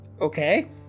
Okay